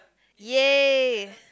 yay